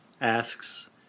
asks